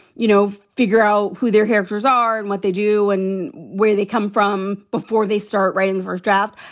you know, figure out who their helpers are and what they do and where they come from before they start writing the first draft.